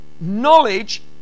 knowledge